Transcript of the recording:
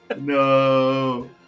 No